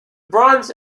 bronze